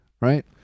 right